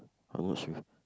I wash with